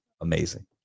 amazing